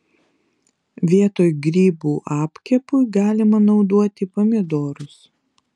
vietoj grybų apkepui galima naudoti pomidorus